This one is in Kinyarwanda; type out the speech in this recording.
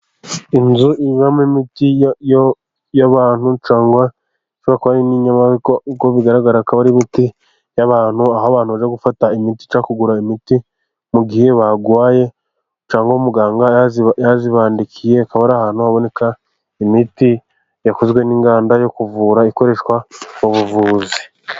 Inzu ibamo imiti y'abantu cyangwa ishobora kuba ari n'inyamaswa. Uko bigaragara akaba ari imiti y'abantu, aho abantu bajya gufata imiti cyangwa kugura imiti, mu gihe barwaye cyangwa umuganga yayibandikiye. Akaba ari ahantu haboneka imiti yakozwe n'inganda zo kuvura ikoreshwa mu buvuzi.